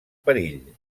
perill